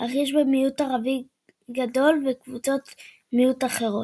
אך יש בה מיעוט ערבי גדול וקבוצות מיעוט אחרות.